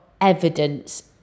evidence